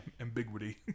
Ambiguity